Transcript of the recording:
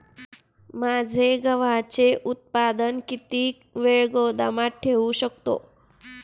माझे गव्हाचे उत्पादन किती वेळ गोदामात ठेवू शकतो?